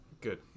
Good